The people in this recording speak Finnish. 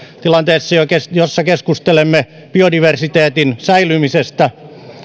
tilanteessa jossa keskustelemme biodiversiteetin säilymisestä